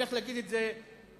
הולך לומר את זה בבר-אילן,